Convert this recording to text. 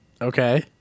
Okay